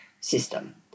system